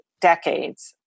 decades